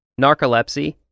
narcolepsy